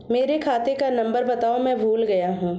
मेरे खाते का नंबर बताओ मैं भूल गया हूं